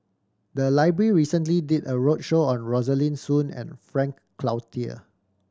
the library recently did a roadshow on Rosaline Soon and Frank Cloutier